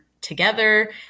together